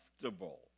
comfortable